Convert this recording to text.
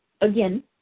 again